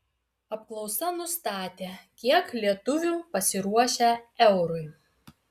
apklausa nustatė kiek lietuvių pasiruošę eurui